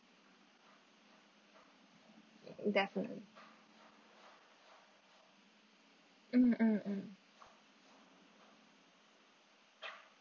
definitely mm mm mm